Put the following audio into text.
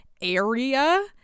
area